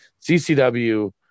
CCW